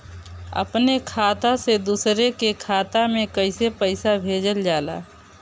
अपने खाता से दूसरे के खाता में कईसे पैसा भेजल जाला?